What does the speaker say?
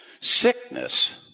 Sickness